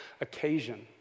occasion